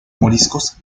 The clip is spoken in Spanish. moriscos